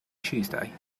tuesday